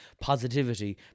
positivity